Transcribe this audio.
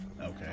Okay